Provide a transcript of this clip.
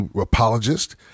apologist